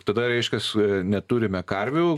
tada reiškias neturime karvių